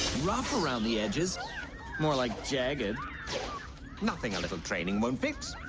rough around the edges more like jagged nothing a little training won't fit